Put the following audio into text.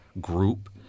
group